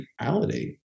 reality